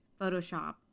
Photoshop